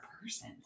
person